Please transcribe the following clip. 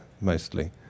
mostly